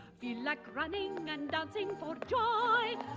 feel like running and dancing for joy,